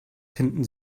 finden